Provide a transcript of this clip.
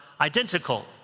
identical